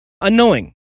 Unknowing